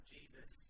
Jesus